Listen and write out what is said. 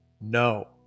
no